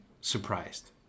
surprised